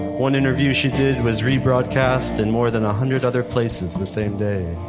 one interview she did was rebroadcast in more than a hundred other places the same day.